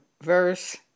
verse